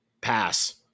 Pass